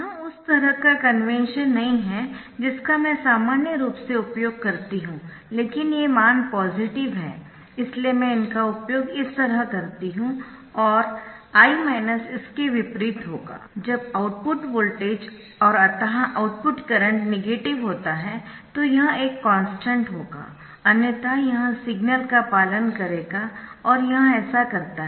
यह उस तरह का कन्वेन्शन नहीं है जिसका मैं सामान्य रूप से उपयोग करती हूं लेकिन ये मान पॉजिटिव है इसलिए मैं उनका उपयोग इस तरह करती हूं और I इसके विपरीत होगा जब आउटपुट वोल्टेज और अत आउटपुट करंट नेगेटिव होता है तो यह एक कॉन्स्टन्ट होगा अन्यथा यह सिग्नल का पालन करेगा और यह ऐसा करता है